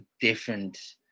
different